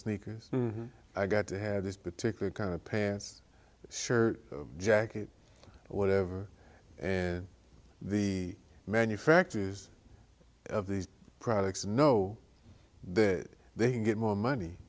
sneakers i got to have this particular kind of pants shirt jacket or whatever and the manufacturers of these products know that they can get more money